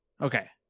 Okay